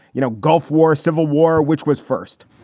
you know, gulf war, civil war, which was first,